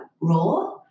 raw